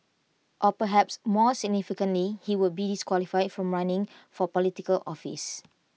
or perhaps more significantly he would be disqualified from running for Political office